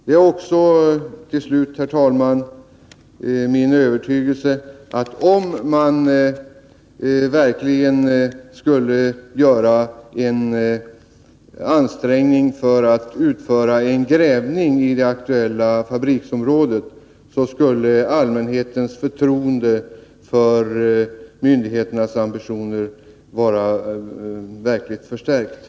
Det är också min övertygelse att om man verkligen gjorde en ansträngning för att gräva i det aktuella fabriksområdet, skulle allmänhetens förtroende för myndigheternas ambitioner kraftigt förstärkas.